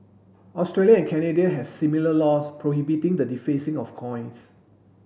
Australia and Canada has similar laws prohibiting the defacing of coins